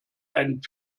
einen